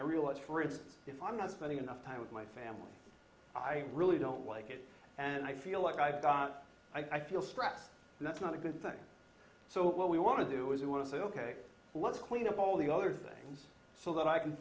him if i'm not spending enough time with my family i really don't like it and i feel like i've got i feel stressed and that's not a good thing so what we want to do is we want to say ok let's clean up all the other things so that i can